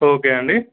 okay అండి